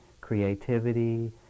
creativity